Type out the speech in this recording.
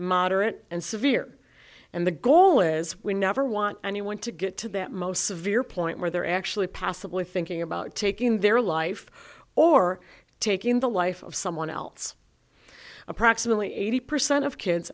moderate and severe and the goal is we never want anyone to get to that most severe point where they're actually possibly thinking about taking their life or taking the life of someone else approximately eighty percent of kids